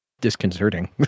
disconcerting